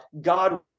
God